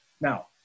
Now